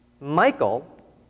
Michael